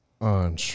on